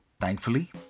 Thankfully